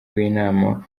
w’inama